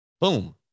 boom